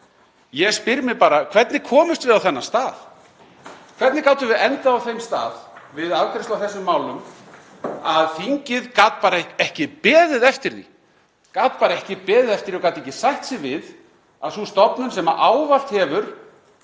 Ég spyr mig bara: Hvernig komumst við á þennan stað? Hvernig gátum við endað á þeim stað, við afgreiðslu á þessum málum, að þingið gat bara ekki beðið eftir því, gat ekki beðið eftir og gat ekki sætt sig við að sú stofnun sem ávallt hefur